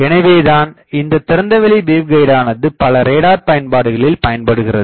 எனவேதான் இந்த திறந்த வெளி வேவ்கைடானது பல ரேடார் பயன்பாடுகளில் பயன்படுகிறது